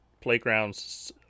Playgrounds